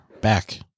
back